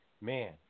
Man